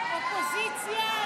57 בעד,